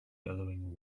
billowing